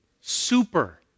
Super